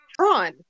Tron